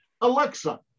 Alexa